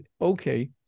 okay